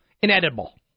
Inedible